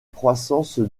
croissance